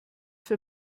für